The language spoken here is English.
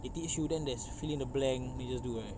they teach you then there's fill in the blank punya itu eh